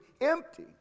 empty